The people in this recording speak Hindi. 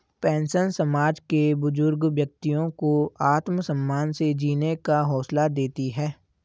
पेंशन समाज के बुजुर्ग व्यक्तियों को आत्मसम्मान से जीने का हौसला देती है